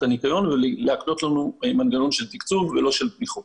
הנקיון ולהקנות לנו מנגנון של תקצוב ולא של תמיכות.